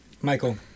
Michael